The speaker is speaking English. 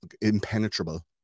impenetrable